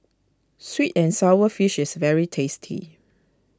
Sweet and Sour Fish is very tasty